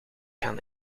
gaan